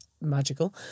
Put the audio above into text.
magical